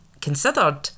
considered